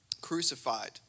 Crucified